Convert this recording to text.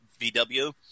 VW